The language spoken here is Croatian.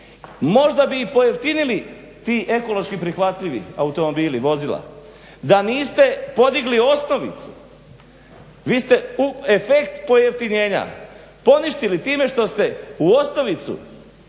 Možda bi i pojeftinili ti ekološki prihvatljivi automobili, vozila da niste podigli osnovicu. Vi ste efekt pojeftinjenja poništili time što ste u osnovicu